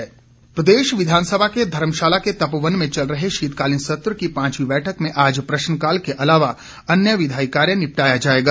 शीतकालीन सत्र प्रदेश विधानसभा के धर्मशाला के तपोवन में चल रहे शीतकालीन सत्र की पांचवी बैठक में आज प्रश्नकाल के अलावा अन्य विधायी कार्य निपटाया जाएगा